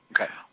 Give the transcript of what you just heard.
Okay